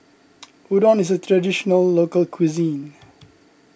Udon is a Traditional Local Cuisine